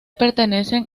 pertenecen